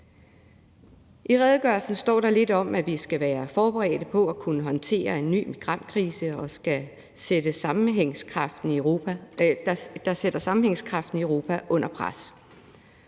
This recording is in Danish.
I redegørelsen står der lidt om, at vi skal være forberedte på at kunne håndtere en ny migrantkrise, der sætter sammenhængskraften i Europa under pres.